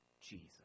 Jesus